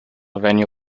venue